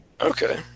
Okay